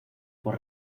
por